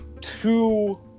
two